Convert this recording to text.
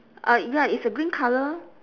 ah ya it's a green colour